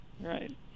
right